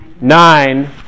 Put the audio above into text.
nine